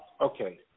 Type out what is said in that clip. Okay